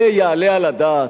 זה יעלה על הדעת?